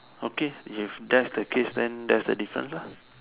okay if that's the case then that's the difference lah